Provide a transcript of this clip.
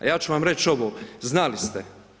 A ja ću vam reći ovo, znali ste.